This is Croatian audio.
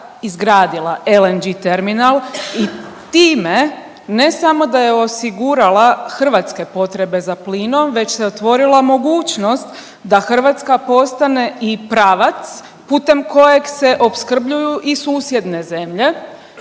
izgradila LNG terminal i time ne samo da je osigurala hrvatske potrebe za plinom već se otvorila mogućnost da Hrvatske postane i pravac putem kojeg se opskrbljuju i susjedne zemlje,